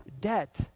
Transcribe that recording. debt